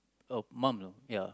oh mum you know ya